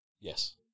yes